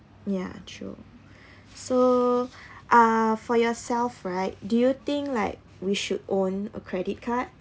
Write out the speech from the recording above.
ya true so uh for yourself right do you think like we should own a credit card